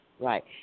Right